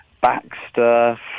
Baxter